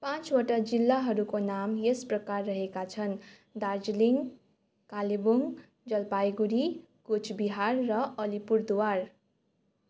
पाँचवटा जिल्लाहरूको नाम यस प्रकार रहेका छन् दार्जिलिङ कालेबुङ जलपाइगुडी कुचबिहार र अलिपुरद्वार